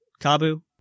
Kabu